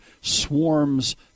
swarms